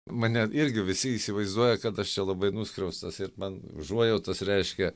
mane irgi visi įsivaizduoja kad aš čia labai nuskriaustas ir man užuojautos reiškia